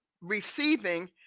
receiving